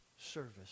service